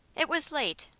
it was late,